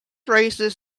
raises